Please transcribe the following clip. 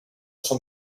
son